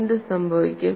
എന്ത് സംഭവിക്കും